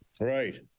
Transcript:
Right